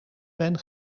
ben